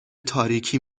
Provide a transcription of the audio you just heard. تاریکی